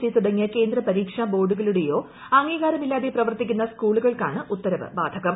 C തുടങ്ങിയ കേന്ദ്ര പരീക്ഷാ ബോർഡുകളുടെയോ അംഗീകാരമില്ലാതെ പ്രവർത്തിക്കുന്ന സ്കൂളുകൾക്കാണ് ഉത്തരവ് ബാധകം